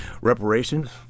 reparations